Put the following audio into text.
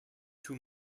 two